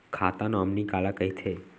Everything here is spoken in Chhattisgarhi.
खाता नॉमिनी काला कइथे?